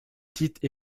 titre